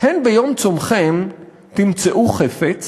"הן ביום צֹמְכֶם תמצאו חפץ